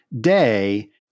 day